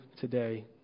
today